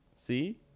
see